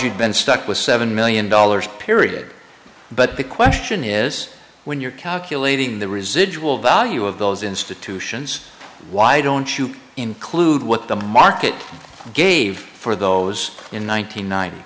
you've been stuck with seven million dollars period but the question is when you're calculating the residual value of those institutions why don't you include what the market gave for those in